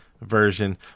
version